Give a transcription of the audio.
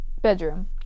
bedroom